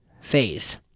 phase